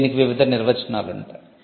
దీనికి వివిధ నిర్వచనాలుంటాయి